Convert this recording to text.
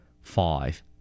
Five